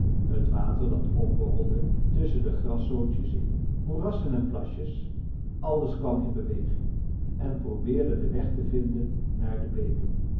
het water dat opborrelde tusschen de graszoodjes in moerassen en plasjes alles kwam in beweging en probeerde den weg te vinden naar de beken